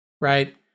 right